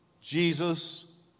Jesus